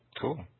Cool